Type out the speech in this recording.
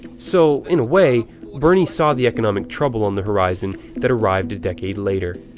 so, in a way, bernie saw the economic trouble on the horizon that arrived a decade later.